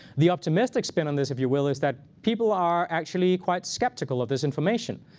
the optimistic spin on this, if you will, is that people are actually quite skeptical of this information.